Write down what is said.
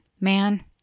man